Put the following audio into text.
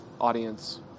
audience